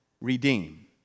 redeem